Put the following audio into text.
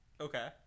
Okay